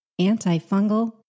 antifungal